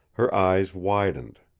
her eyes widened.